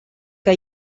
que